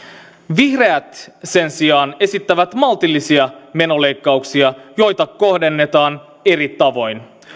vihreät sen sijaan esittävät maltillisia menoleikkauksia joita kohdennetaan eri tavoin